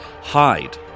Hide